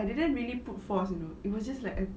I didn't really put force you know it was just like a